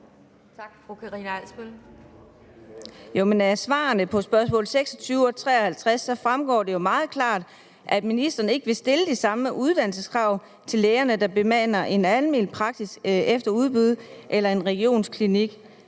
12:33 Karina Adsbøl (DF): Jamen af svarene på spørgsmål 26 og 53 fremgår det jo meget klart, at ministeren ikke vil stille de samme uddannelseskrav til lægerne, der bemander en almen praksis efter udbud eller en regionsklinik,